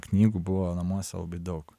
knygų buvo namuose labai daug